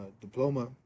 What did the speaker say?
diploma